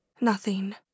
Nothing